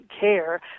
care